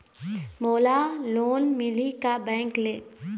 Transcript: मोला लोन मिलही का बैंक ले?